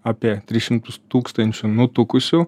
apie tris šimtus tūkstančių nutukusių